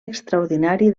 extraordinari